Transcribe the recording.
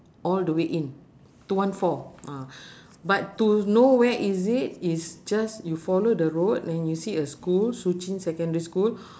all the way in two one four ah but to know where is it it's just you follow the road then you see a school shuqun secondary school